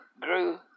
grew